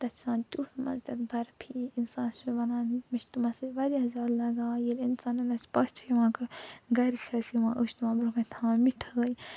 تتھ چھ آسان تٮُ۪تھ مَزٕ تتھ برفی اِنسان چھُ ونان مےٚ چھُ تِمن سۭتۍ واریاہ زیادٕ لگاو ییٚلہِ اِنسانن اَسہِ پٔژھۍ چھِ یِوان کانٛہہ گَرِ چھِ اَسہِ یِوان أسۍ چھِ تِمن برٛونٛہہ کنہِ تھاوان مِٹھٲے